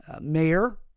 mayor